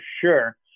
sure